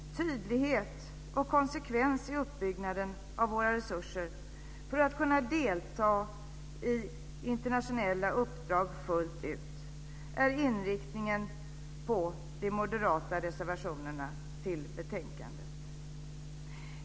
Tydlighet och konsekvens i uppbyggnaden av våra resurser för att kunna delta i internationella uppdrag fullt ut är inriktningen på de moderata reservationerna till betänkandet.